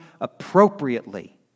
appropriately